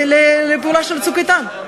לפעולה של "צוק איתן".